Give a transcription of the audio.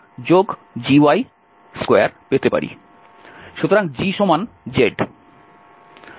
সুতরাং g z